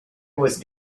was